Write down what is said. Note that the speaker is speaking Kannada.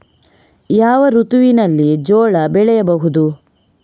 ಯಾವ ಋತುವಿನಲ್ಲಿ ಜೋಳ ಬೆಳೆಸಬಹುದು?